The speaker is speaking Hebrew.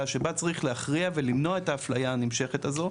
שבה צריך להכריע ולמנוע את האפליה הנמשכת הזו,